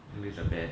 hongdae is the best